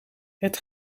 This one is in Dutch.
het